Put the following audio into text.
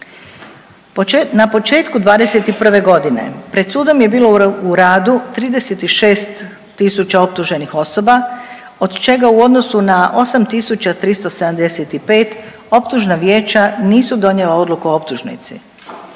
Na početku 2021. godine pred sudom je bilo u radu 36000 optuženih osoba od čega u odnosu na 8375 optužna vijeća nisu donijela odluku o optužnici,